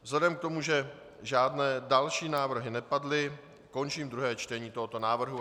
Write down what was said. Vzhledem k tomu, že žádné další návrhy nepadly, končím druhé čtení tohoto návrhu.